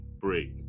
break